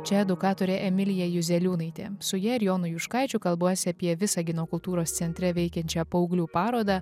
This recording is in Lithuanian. čia edukatorė emilija juzeliūnaitė su ja ir jonu juškaičiu kalbuosi apie visagino kultūros centre veikiančią paauglių parodą